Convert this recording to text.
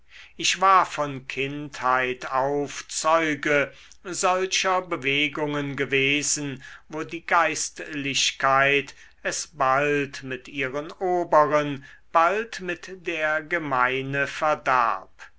ich war von kindheit auf zeuge solcher bewegungen gewesen wo die geistlichkeit es bald mit ihren oberen bald mit der gemeine verdarb